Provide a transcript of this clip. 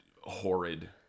Horrid